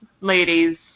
Ladies